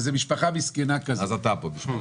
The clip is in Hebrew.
אתה פה עבורם.